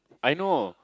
I know